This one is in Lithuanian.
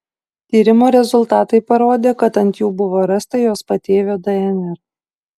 tyrimo rezultatai parodė kad ant jų buvo rasta jos patėvio dnr